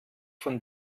von